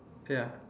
okay ah